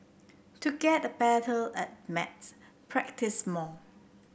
to get better at maths practise more